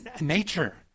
nature